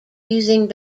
using